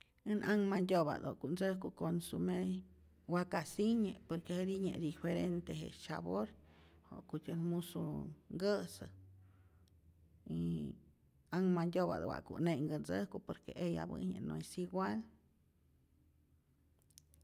Ät anhmatyo'pa't wa'ku't ntzäjku consome wakasijnye por que jetijnye diferente je syabor wa'kutyät musu nkä'sä, m anhmantyo'pa't wa'ku't ne'nhkä ntzäjku por que ellapä'ijnye no es igual.